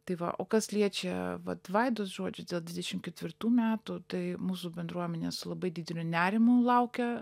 tai va o kas liečia vat vaidos žodžius dėl dvidešim ketvirtų metų tai mūsų bendruomenė su labai dideliu nerimu laukia